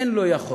אין לא יכול,